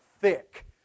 thick